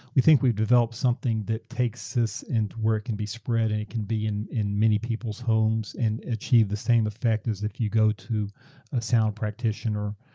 we think we've developed something that takes this into where it can be spread and it can be in in many people's homes and achieve the same effect as if you go to a sound practitioner.